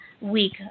week